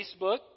Facebook